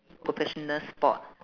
professional spot